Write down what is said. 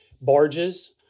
barges